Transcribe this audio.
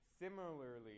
similarly